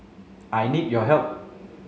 I need your help